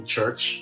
Church